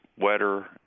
wetter